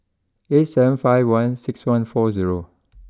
eight seven five one six one four zero